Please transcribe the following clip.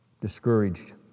discouraged